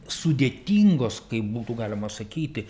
sudėtingos kaip būtų galima sakyti